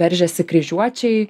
veržiasi kryžiuočiai